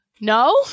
No